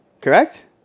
correct